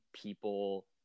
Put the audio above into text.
people